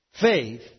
faith